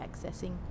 accessing